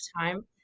time